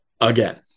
again